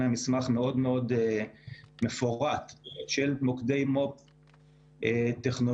מסמך מאוד-מאוד מפורט של מוקדי מו"פ טכנולוגיים.